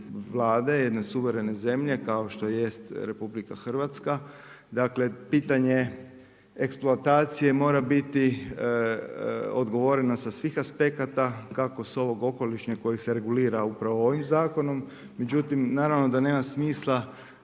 Vlade jedne suverene zemlje kao što jest RH. Dakle pitanje eksploatacije mora biti odgovoreno sa svih aspekata kako sa ovog okolišnog koji se regulira upravo ovim zakonom. Međutim, naravno da nema smisla